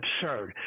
absurd